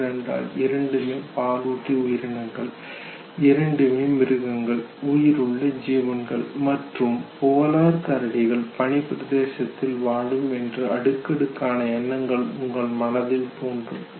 ஏனென்றால் இரண்டுமே பாலூட்டி உயிரினங்கள் இரண்டுமே மிருகங்கள் உயிருள்ள ஜீவன்கள் மற்றும் போலார் கரடிகள் பனிப் பிரதேசங்களில் வாழும் என்று அடுக்கடுக்காக எண்ணங்கள் உங்கள் மனதில் தோன்றும்